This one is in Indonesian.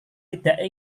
tidak